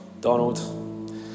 Donald